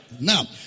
Now